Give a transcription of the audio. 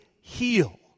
heal